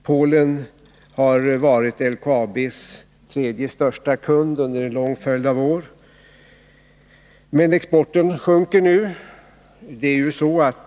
Polen har under en lång följd av år varit LKAB:s tredje största kund. Men exporten dit sjunker nu.